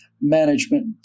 management